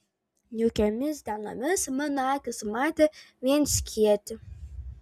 niūkiomis dienomis mano akys matė vien skėtį